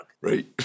Right